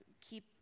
keep